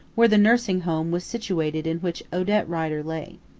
where the nursing home was situated in which odette rider lay.